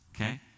okay